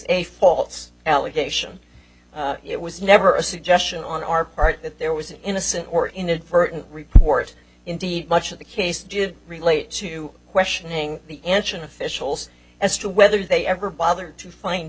a false allegation it was never a suggestion on our part that there was an innocent or inadvertent report indeed much of the case did relate to questioning the anshan officials as to whether they ever bother